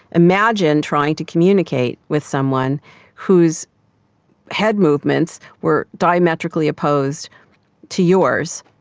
imagine trying to communicate with someone whose head movements were diametrically opposed to yours.